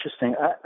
interesting